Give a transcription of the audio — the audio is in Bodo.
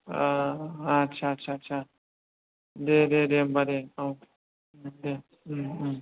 आस्सा आस्सा आस्सा दे दे होनबा दे औ दे